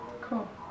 Cool